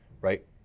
right